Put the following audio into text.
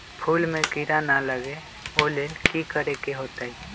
फूल में किरा ना लगे ओ लेल कि करे के होतई?